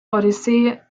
odyssee